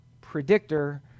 predictor